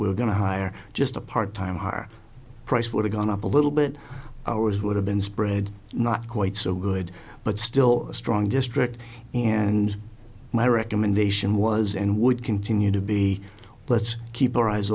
we're going to hire just a part time our price would have gone up a little bit ours would have been spread not quite so good but still a strong district and my recommendation was and would continue to be let's keep our eyes